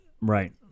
Right